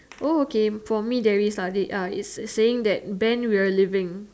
oh okay for me there is are did uh is saying that ben we're leaving